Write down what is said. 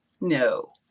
No